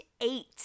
eight